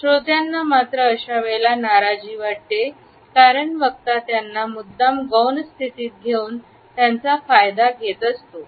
श्रोत्यांना मात्र अशा वेळेला नाराजी वाटते कारण वक्ता त्यांना मुद्दाम गौण स्थितीत घेऊन त्यांचा फायदा घेत असतो